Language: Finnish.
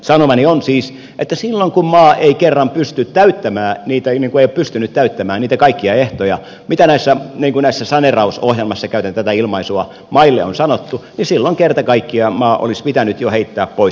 sanomani on siis että silloin kun maa ei kerran pysty täyttämään niin kuin ei ole pystynyt täyttämään niitä kaikkia ehtoja mitä tässä saneerausohjelmassa käytän tätä ilmaisua maille on sanottu niin silloin kerta kaikkiaan maa olisi pitänyt jo heittää pois